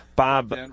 Bob